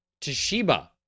Toshiba